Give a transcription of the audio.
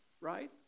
right